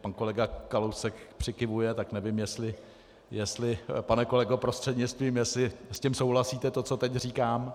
Pan kolega Kalousek přikyvuje, tak nevím, jestli, pane kolego, prostřednictvím, jestli s tím souhlasíte, co teď říkám.